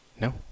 No